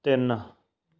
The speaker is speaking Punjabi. ਤਿੰਨ